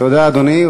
תודה, אדוני.